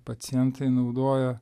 pacientai naudojo